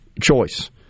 choice